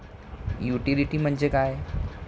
Utility म्हणजे काय?